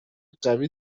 قوی